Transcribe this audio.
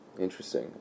Interesting